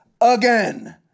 again